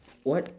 what